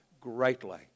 greatly